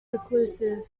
reclusive